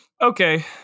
okay